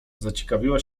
zaciekawiła